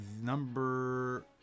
number